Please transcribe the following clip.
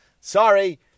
Sorry